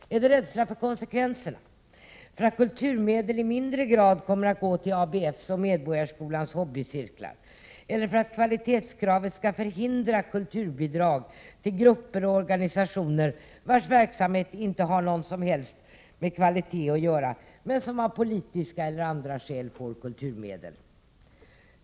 Är det rädsla för konsekvenserna, för att kulturmedel i mindre grad kommer att gå till ABF:s och Medborgarskolans hobbycirklar eller för att kvalitetskravet skall förhindra kulturbidrag till grupper och organisationer vilkas verksamhet inte har något som helst med kvalitet att göra men som av politiska eller andra skäl får kulturmedel?